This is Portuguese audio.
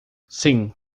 sim